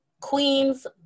queens